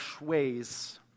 ways